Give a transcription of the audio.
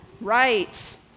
right